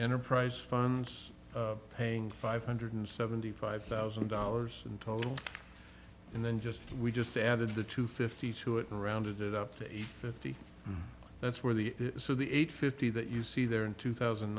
enterprise funds paying five hundred seventy five thousand dollars in total and then just we just added the two fifty two it around it up to fifty that's where the so the eight fifty that you see there in two thousand